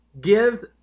gives